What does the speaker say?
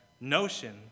Notion